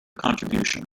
contribution